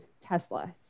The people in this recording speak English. Tesla